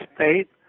state